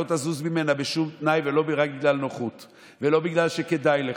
ואתה לא תזוז ממנה בשום תנאי ולא רק בגלל נוחות ולא בגלל שכדאי לך.